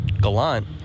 gallant